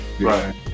right